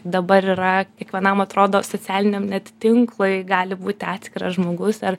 dabar yra kiekvienam atrodo socialiniam net tinklui gali būti atskiras žmogus ar